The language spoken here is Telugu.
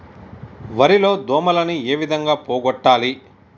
వరి లో దోమలని ఏ విధంగా పోగొట్టాలి?